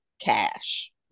cash